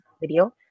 video